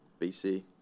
bc